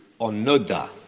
Onoda